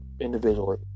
individually